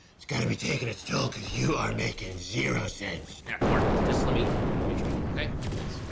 it's got to be taking it's toll cause you are making zero sense nah gordon just let me let me try, ok? please.